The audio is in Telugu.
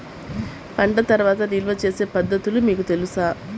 పంట తర్వాత నిల్వ చేసే పద్ధతులు మీకు తెలుసా?